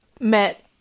met